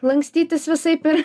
lankstytis visaip ir